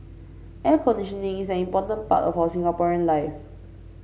air conditioning is an important part of our Singaporean life